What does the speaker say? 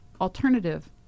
alternative